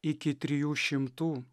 iki trijų šimtų